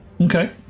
Okay